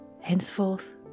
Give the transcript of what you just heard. Henceforth